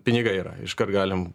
pinigai yra iškart galim